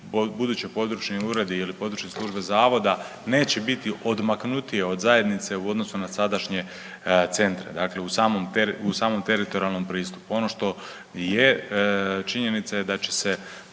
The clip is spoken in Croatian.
budući područni uredi ili područne službe zavoda neće biti odmaknutije od zajednice u odnosu na sadašnje centre dakle u samom teritorijalnom pristupu. Ono što je činjenica da će se